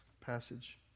passage